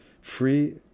free